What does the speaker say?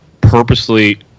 purposely